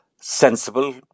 sensible